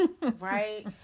right